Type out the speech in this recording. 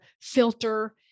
filter